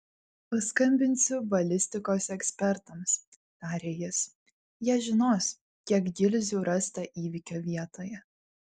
paskambinsiu balistikos ekspertams tarė jis jie žinos kiek gilzių rasta įvykio vietoje